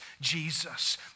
Jesus